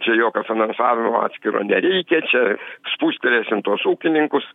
čia jokio finansavimo atskiro nereikia čia spustelėsim tuos ūkininkus